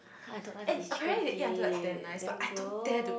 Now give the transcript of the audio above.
!huh! I don't like to eat chicken feet damn gross